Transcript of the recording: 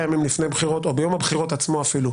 ימים לפני בחירות או אפילו ביום הבחירות עצמו.